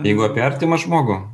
jeigu apie artimą žmogų